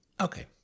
Okay